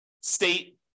state